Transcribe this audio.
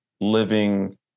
living